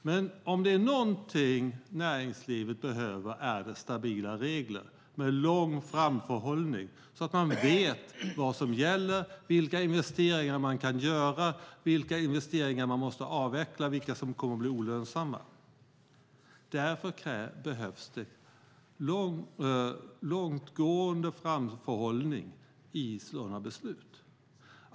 Men om det är någonting näringslivet behöver är det stabila regler med lång framförhållning så att man vet vad som gäller, vilka investeringar man kan göra, vilka investeringar man måste avveckla och vilka som kommer att bli olönsamma. Därför behövs det långtgående framförhållning i sådana beslut.